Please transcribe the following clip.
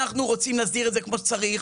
אנחנו רוצים להסדיר את זה כמו שצריך.